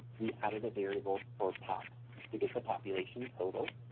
we added a variable for pop to get the population total,